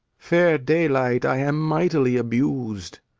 fair daylight, i am mightily abus'd.